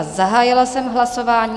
Zahájila jsem hlasování.